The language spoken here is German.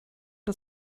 wir